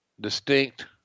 distinct